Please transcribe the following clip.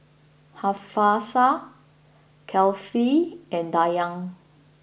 Hafsa Kefli and Dayang